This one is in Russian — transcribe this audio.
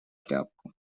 тряпку